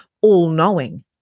all-knowing